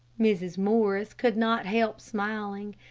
mrs. morris could not help smiling.